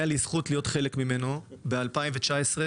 הייתה לי הזכות להיות חלק מהמודל הזה שנבנה ב-2019,